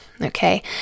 okay